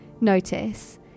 notice